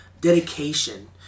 dedication